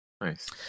Nice